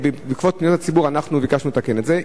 ובעקבות פניות הציבור ביקשנו לתקן את זה.